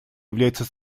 является